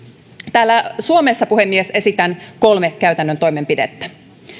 täällä suomessa puhemies esitän kolme käytännön toimenpidettä